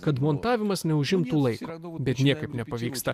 kad montavimas neužimtų laiko bet niekaip nepavyksta